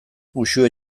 uxue